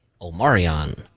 Omarion